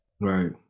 Right